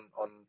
on